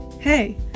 Hey